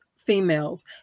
females